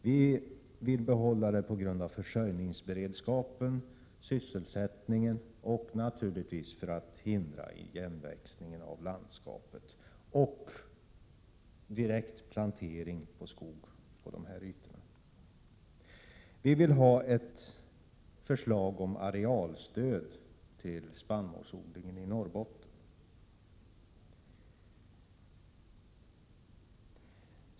Vi vill behålla spannmålsodlingen med tanke på försörjningsberedskapen, sysselsättningen och, naturligtvis, för att hindra igenväxningen av landskapet och direkt därefter plantering av skog på dessa ytor. Vi vill ha ett förslag om arealstöd till spannmålsodlingen i Norrbotten.